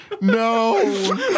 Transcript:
No